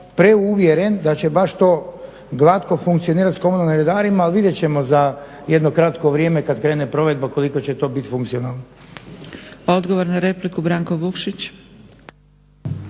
preuvjeren da će baš to glatko funkcionirati sa komunalnim redarima ali vidjet ćemo za jedno kratko vrijeme kad krene provedba koliko će to biti funkcionalno.